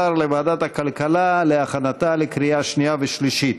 לוועדת הכלכלה להכנתה לקריאה שנייה ושלישית.